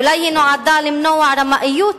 אולי היא נועדה למנוע רמאות